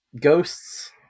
ghosts